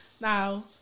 Now